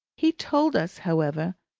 he told us, however,